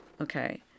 okay